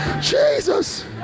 Jesus